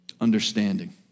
understanding